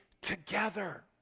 together